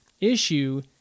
issue